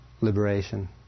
liberation